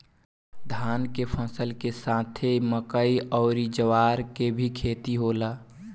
धान के फसल के साथे मकई अउर ज्वार के भी खेती होला